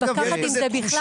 אני בכלל לא מתווכחת עם זה.